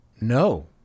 No